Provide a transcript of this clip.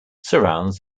surrounds